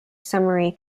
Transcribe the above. summary